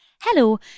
Hello